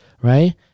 right